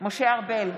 משה ארבל,